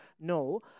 No